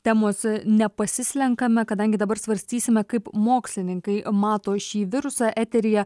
temos nepasislenkame kadangi dabar svarstysime kaip mokslininkai mato šį virusą eteryje